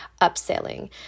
upselling